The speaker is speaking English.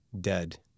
dead